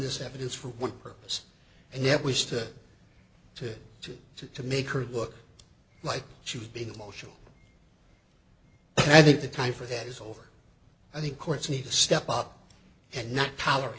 this evidence for what purpose and yet we stood to to to to make her look like she was being emotional i think the time for that is over i think courts need to step up and not tolerate